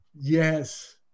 Yes